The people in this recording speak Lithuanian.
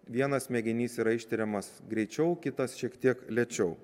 vienas mėginys yra ištiriamas greičiau kitas šiek tiek lėčiau